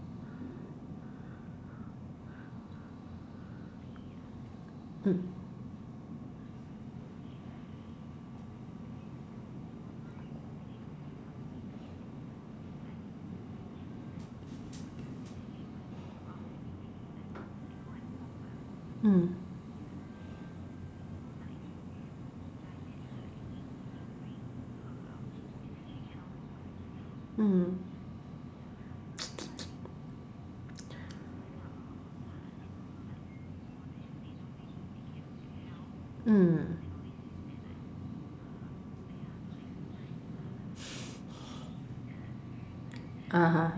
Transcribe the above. mm mm mm (uh huh)